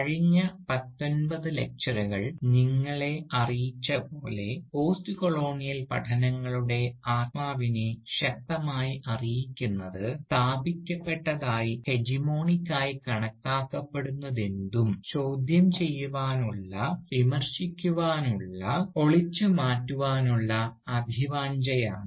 കഴിഞ്ഞ പത്തൊൻപത് ലക്ചറുകൾ നിങ്ങളെ അറിയിച്ച പോലെ പോസ്റ്റ്കൊളോണിയൽ പഠനങ്ങളുടെ ആത്മാവിനെ ശക്തമായി അറിയിക്കുന്നത് സ്ഥാപിക്കപ്പെട്ടതായി ഹെജിമോണിക് ആയി കണക്കാക്കപ്പെടുന്നതെന്തും ചോദ്യം ചെയ്യുവാനുള്ള വിമർശിക്കുവാൻ ഉള്ള പൊളിച്ച് മാറ്റുവാനുള്ള അഭിവാഞ്ഛയാണ്